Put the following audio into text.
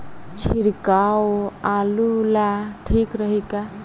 छिड़काव आलू ला ठीक रही का?